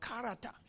character